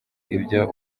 ibyo